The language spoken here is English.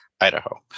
Idaho